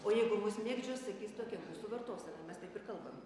o jeigu mus mėgdžios sakys tokia mūsų vartosena mes taip ir kalbam